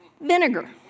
Vinegar